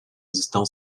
estão